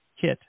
kit